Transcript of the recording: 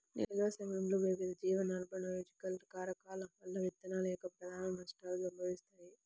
నిల్వ సమయంలో వివిధ జీవ నాన్బయోలాజికల్ కారకాల వల్ల విత్తనాల యొక్క ప్రధాన నష్టాలు సంభవిస్తాయి